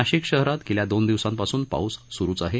नाशिक शहरात गेल्या दोन दिवसांपासून पाऊस सुरूच आहे